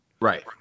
right